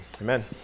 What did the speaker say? Amen